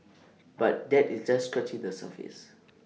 but that is just scratching the surface